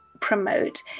promote